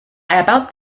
about